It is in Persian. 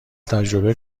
تجربه